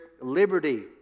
liberty